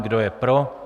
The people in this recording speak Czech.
Kdo je pro?